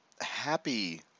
happy